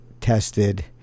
tested